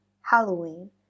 halloween